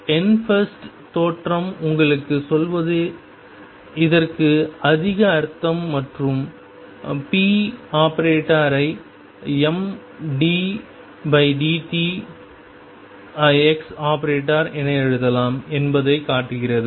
Ehrenfest தேற்றம் உங்களுக்குச் சொல்வது இதற்கு அதிக அர்த்தம் மற்றும் ⟨p⟩ ஐ mddt⟨x⟩ என எழுதலாம் என்பதைக் காட்டுகிறது